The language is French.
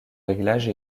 réglages